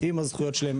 עם הזכויות שלהם,